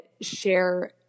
share